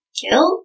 kill